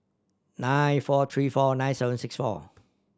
nine four three four nine seven six four